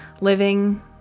living